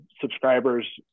subscribers